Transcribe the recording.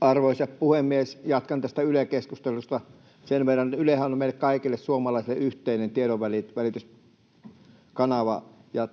Arvoisa puhemies! Jatkan tästä Yle-keskustelusta sen verran, että Ylehän on meille kaikille suomalaisille yhteinen tiedonvälityskanava, ja